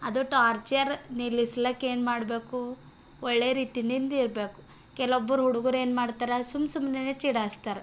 ಅದು ಟಾರ್ಚರ್ ನಿಲ್ಲಿಸ್ಲಕ್ಕ ಏನು ಮಾಡಬೇಕು ಒಳ್ಳೆ ರೀತಿಯಿಂದ ಇರಬೇಕು ಕೆಲವೊಬ್ಬರು ಹುಡುಗ್ರು ಏನು ಮಾಡ್ತರಾ ಸುಮ್ಮ ಸುಮ್ಮನೆನೇ ಚುಡಾಯ್ಸ್ತರ